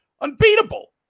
unbeatable